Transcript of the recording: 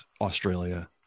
Australia